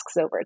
over